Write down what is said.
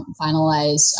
finalized